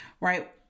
right